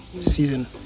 season